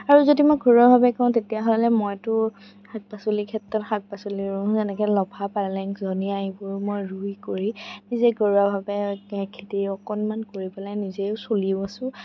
আৰু যদি মই ঘৰুৱাভাৱে কওঁ তেতিয়াহ'লে মইতো শাক পাচলিৰ ক্ষেত্ৰত শাক পাচলি ৰুওঁ যেনেকৈ লফা পালেং ধনীয়া এইবোৰ মই ৰুই কৰি নিজেই ঘৰুৱাভাৱে খেতি অকণমান কৰি পেলাই নিজেও চলিও আছোঁ